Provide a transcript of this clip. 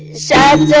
sad